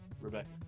Rebecca